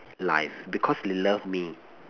life because they love me